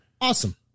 Awesome